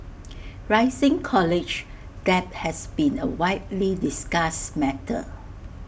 rising college debt has been A widely discussed matter